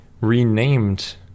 renamed